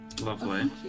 Lovely